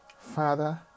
Father